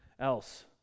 else